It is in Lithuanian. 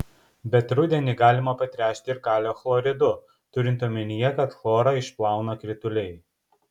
bet rudenį galima patręšti ir kalio chloridu turint omenyje kad chlorą išplauna krituliai